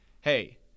hey